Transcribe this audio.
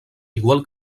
igual